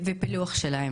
ופילוח שלהם.